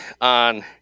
on